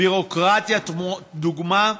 ביורוקרטיה: דוגמה,